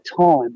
time